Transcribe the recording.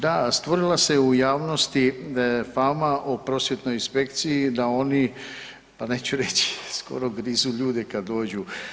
Da, stvorila se u javnosti fama o prosvjetnoj inspekciji da oni pa neću reći skoro grizu ljude kada dođu.